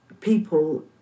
people